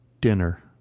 dinner